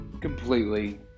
completely